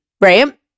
right